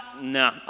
No